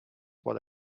what